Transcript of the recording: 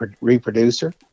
reproducer